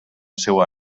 seua